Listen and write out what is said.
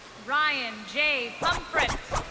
ryan j pomfret.